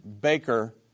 Baker